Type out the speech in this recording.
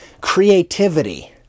creativity